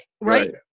Right